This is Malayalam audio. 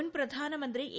മുൻപ്രധാനമന്ത്രി എ